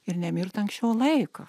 ir nemirt anksčiau laiko